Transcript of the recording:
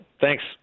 Thanks